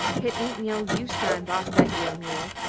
hit ain't no use try'n' boss that yere mule,